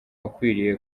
ukwiriye